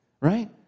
Right